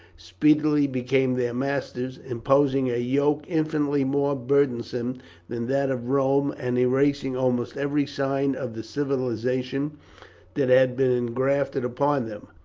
speedily became their masters imposing a yoke infinitely more burdensome than that of rome, and erasing almost every sign of the civilization that had been engrafted upon them.